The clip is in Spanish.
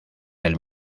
del